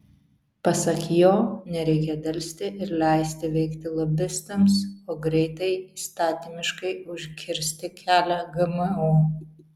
pasak jo nereikia delsti ir leisti veikti lobistams o greitai įstatymiškai užkirsti kelią gmo